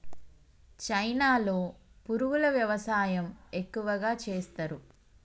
చైనాలో పురుగుల వ్యవసాయం ఎక్కువగా చేస్తరు